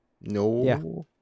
No